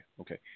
Okay